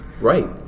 right